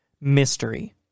mystery